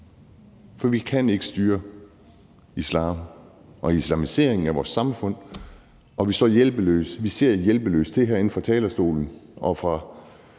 For vi kan ikke styre islam og islamiseringen af vores samfund. Og vi står hjælpeløse herinde på talerstolen og ser